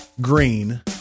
green